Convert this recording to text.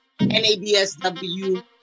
NABSW